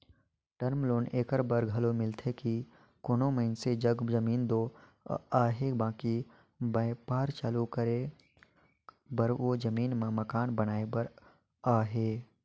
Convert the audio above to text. term loan एकर बर घलो मिलथे कि कोनो मइनसे जग जमीन दो अहे बकि बयपार चालू करे बर ओ जमीन में मकान बनाए बर अहे